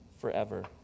forever